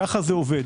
כך זה עובד.